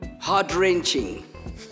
heart-wrenching